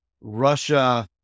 russia